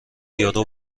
یورو